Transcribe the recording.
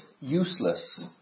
useless